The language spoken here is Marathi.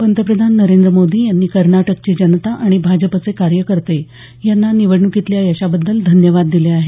पंतप्रधान नरेंद्र मोदी यांनी कर्नाटकची जनता आणि भाजपचे कार्यकर्ते यांना निवडण्कीतल्या यशाबद्दल धन्यवाद दिले आहेत